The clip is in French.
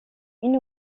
une